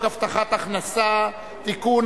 הבטחת הכנסה (תיקון,